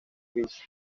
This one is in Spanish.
gris